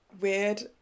weird